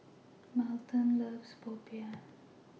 Melton loves Popiah